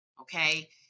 Okay